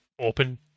open